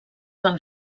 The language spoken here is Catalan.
van